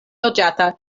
loĝata